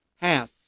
half